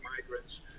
migrants